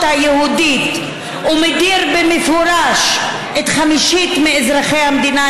היהודית ומדיר במפורש חמישית מאזרחי המדינה,